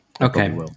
Okay